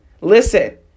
listen